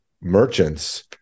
merchants